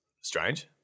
strange